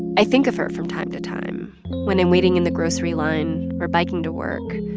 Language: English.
i think of her from time to time when i'm waiting in the grocery line or biking to work.